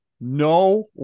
No